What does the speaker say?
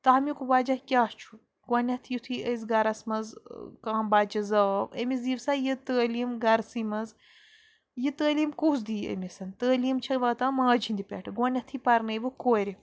تَمیُک وَجہ کیٚاہ چھُ گۄڈٕنٮ۪تھ یُتھُے أسۍ گَرَس منٛز کانٛہہ بَچہٕ زاو أمِس دِیِو سا یہِ تعٲلیٖم گَرسٕے منٛز یہِ تعٲلیٖم کُس دِی أمِس تعٲلیٖم چھےٚ واتان ماجہِ ہِنٛدۍ پٮ۪ٹھٕ گۄڈٕنٮ۪تھٕے پَرنٲیوُکھ کورِ